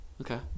Okay